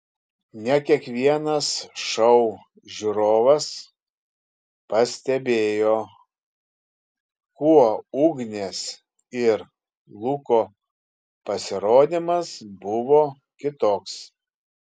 ne kiekvienas šou žiūrovas pastebėjo kuo ugnės ir luko pasirodymas buvo kitoks